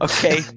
Okay